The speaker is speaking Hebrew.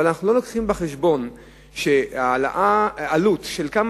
אבל אנחנו לא לוקחים בחשבון שעלות של כמה